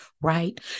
right